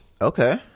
okay